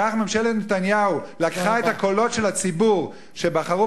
כך ממשלת נתניהו לקחה את הקולות של הציבור שבחרו